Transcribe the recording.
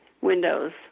windows